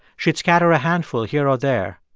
she'd scatter a handful here or there,